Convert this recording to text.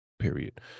period